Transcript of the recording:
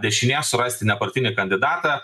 dešinė surasti nepartinį kandidatą